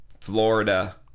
Florida